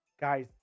Guys